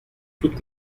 toute